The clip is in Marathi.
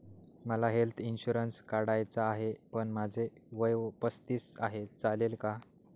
मला हेल्थ इन्शुरन्स काढायचा आहे पण माझे वय पस्तीस आहे, चालेल का?